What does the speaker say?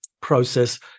process